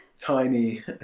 tiny